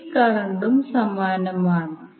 face കറന്റും സമാനമാണ്